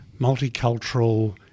multicultural